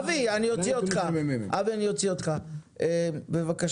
אבי אני אוציא אותך, בבקשה,